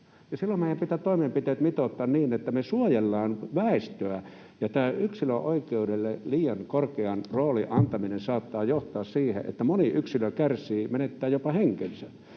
Silloin meidän pitää toimenpiteet mitoittaa niin, että me suojellaan väestöä, ja tämä yksilön oikeudelle liian korkean roolin antaminen saattaa johtaa siihen, että moni yksilö kärsii, menettää jopa henkensä.